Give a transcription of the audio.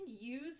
use